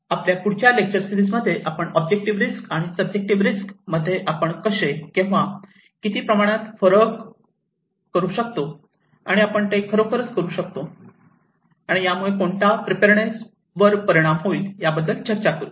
आपल्या पुढच्या लेक्चर सीरिजमध्ये आपण ऑब्जेक्टिव्ह रिस्क आणि सब्जेक्टिव्ह रिस्क मध्ये आपण कसे केव्हा किती प्रमाणात फरक करू शकतो आणि आपण ते खरोखरच करू शकतो आणि यामुळे आणि कोणत्या प्रीपेडनेस परिणाम होईल याबद्दल चर्चा करू